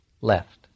left